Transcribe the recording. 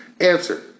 Answer